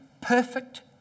perfect